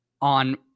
on